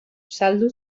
saldu